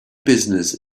business